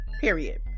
Period